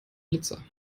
blitzer